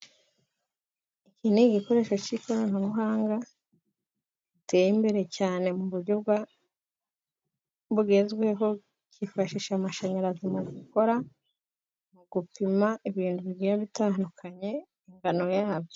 Iki ni igikoresho cy'ikoranabuhanga giteye imbere cyane mu buryo bugezweho cyifashisha amashanyarazi mu gukora ,gupima ibintu bigira bitandukanye ingano yabyo.